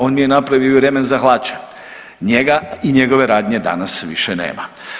On mi je napravio i remen za hlače, njega i njegove radnje danas više nema.